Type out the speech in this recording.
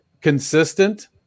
consistent